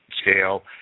scale